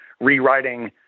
rewriting